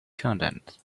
content